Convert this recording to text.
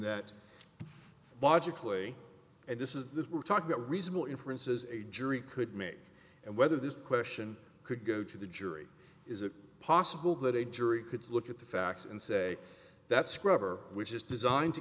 clearly this is that we're talking about reasonable inferences a jury could make and whether this question could go to the jury is it possible that a jury could look at the facts and say that's scrubber which is designed to